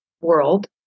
world